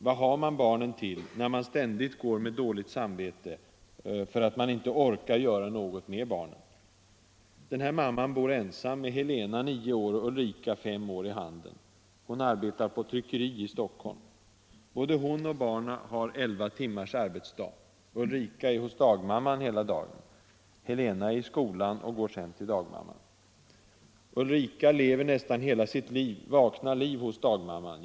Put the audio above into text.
Vad har man barnen till, när man ständigt går med dåligt samvete för att man inte orkar göra något med barnen.” Den här mamman bor ensam med Helena 9 år och Ulrika 5 år i Handen. Hon arbetar på tryckeri i Stockholm. Både hon och barnen har elva timmars arbetsdag. Ulrika är hos dagmamman hela dagen, Helena är i skolan och går sedan till dagmamman. ”Ulrika lever nästan hela sitt vakna liv hos dagmamman.